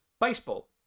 baseball